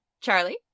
Charlie